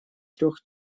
трех